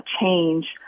change